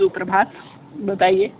सुप्रभात बताइए